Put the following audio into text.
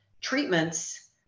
treatments